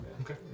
Okay